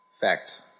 Fact